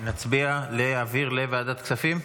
נצביע, להעביר לוועדת כספים.